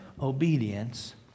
obedience